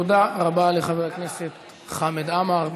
תודה רבה לחבר הכנסת חמד עמאר.